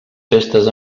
festes